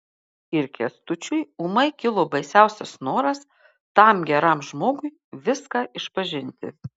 ir kęstučiui ūmai kilo baisiausias noras tam geram žmogui viską išpažinti